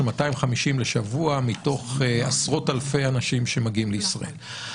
250 לשבוע מתוך עשרות אלפי אנשים שמגיעים לישראל.